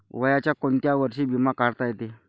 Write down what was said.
वयाच्या कोंत्या वर्षी बिमा काढता येते?